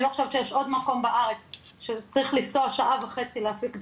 אני לא חושבת שיש עוד מקום בארץ שצריך לנסוע שעה וחצי כדי להנפיק דרכון.